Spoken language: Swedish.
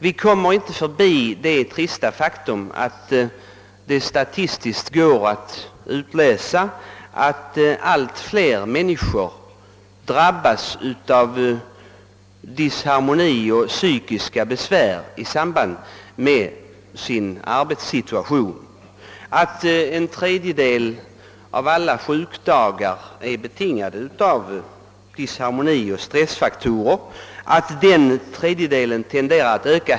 Vi kommer inte förbi det trista faktum, att det av statistiken går att utläsa att allt fler människor blir disharmoniska och får psykiska besvär på grund av sin arbetssituation, att en tredjedel av alla sjukdagar är betingade av disharmoni och stressfaktorer och att den delen tenderar att öka.